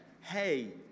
hey